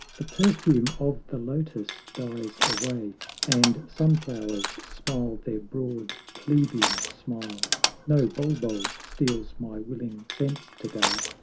the perfume of the lotus dies away and sunflowers smile their broad, plebeian smile no bulbul steals my willing sense to-day,